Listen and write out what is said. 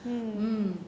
mm